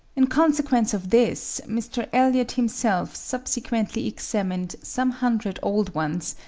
in consequence of this, mr. elliot himself subsequently examined some hundred old ones,